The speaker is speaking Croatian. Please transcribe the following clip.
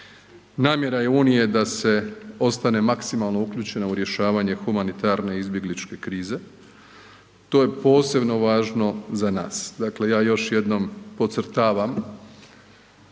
namjera je Unije da se ostane maksimalno uključena u rješavanje humanitarne izbjegličke krize, to je posebno važno za nas, dakle ja još jednom podcrtavam